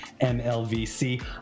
MLVC